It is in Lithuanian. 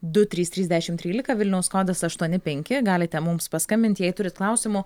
du trys trys dešimt trylika vilniaus kodas aštuoni penki galite mums paskambint jei turite klausimų